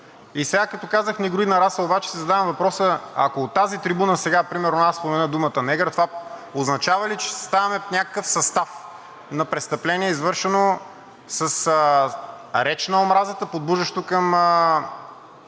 Сега като казах негроидна раса обаче, си задавам въпроса: ако от тази трибуна сега например спомена думата „негър“, това означава ли, че съставяме някакъв състав на престъпление, извършено с реч на омразата, подбуждащо към